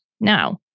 Now